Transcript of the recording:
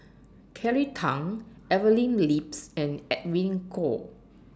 Kelly Tang Evelyn Lips and Edwin Koek